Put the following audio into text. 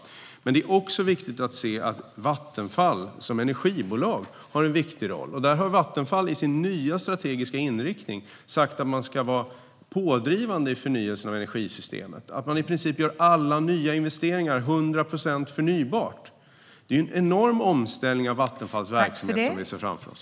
Det är också viktigt att se att Vattenfall som energibolag har en viktig roll. Där har Vattenfall i sin nya strategiska inriktning sagt att man ska vara pådrivande i förnyelsen av energisystemet - att man i princip gör alla nya investeringar 100 procent förnybart. Det är en enorm omställning av Vattenfalls verksamhet vi ser framför oss.